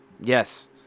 Yes